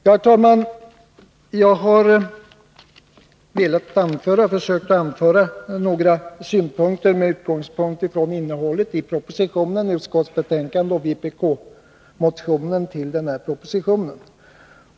Jag har försökt framföra några tankar med utgångspunkt i innehållet i propositionen, i utskottsbetänkandet och i vpk-motionen.